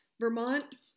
Vermont